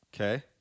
Okay